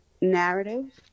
narrative